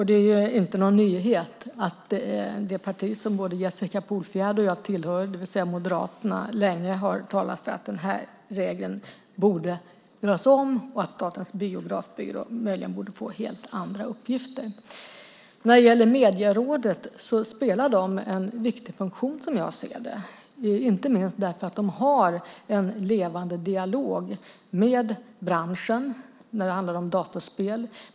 Det är inte någon nyhet att det parti som både Jessica Polfjärd och jag tillhör, Moderaterna, länge har talat för att den här regeln borde göras om och att Statens biografbyrå möjligen borde få helt andra uppgifter. Medierådet har, som jag ser det, en viktig funktion inte minst därför att de har en levande dialog med branschen när det handlar om dataspel.